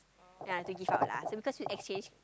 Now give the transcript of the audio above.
ya to give out lah so because we exchange